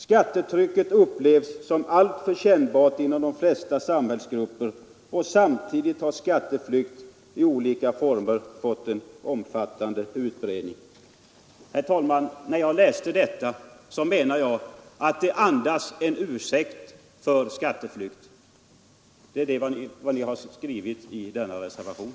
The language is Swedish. Skattetrycket upplevs som alltför kännbart inom de flesta samhällsgrupper, och samtidigt har skatteflykt i olika former fått en omfattande utbredning.” Herr talman! När jag läser detta menar jag att det andas en ursäkt för skatteflykt — och det är vad man har skrivit i denna reservation.